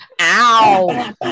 Ow